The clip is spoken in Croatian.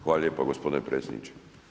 Hvala lijepa gospodine predsjedniče.